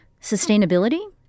sustainability